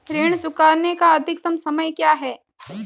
ऋण चुकाने का अधिकतम समय क्या है?